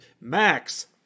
Max